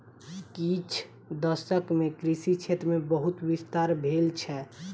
किछ दशक मे कृषि क्षेत्र मे बहुत विस्तार भेल छै